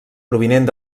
provinent